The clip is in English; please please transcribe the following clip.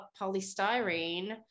polystyrene